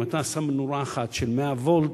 אם אתה שם נורה אחת של 100 וולט,